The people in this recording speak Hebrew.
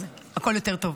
אז הכול יותר טוב.